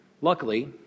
Luckily